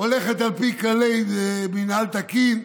הולכת על פי כללי מינהל תקין?